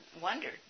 wondered